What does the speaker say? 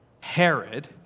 Herod